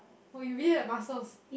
oh you really have muscles